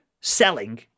selling